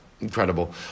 Incredible